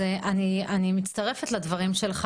אני מצטרפת לדברים שלך.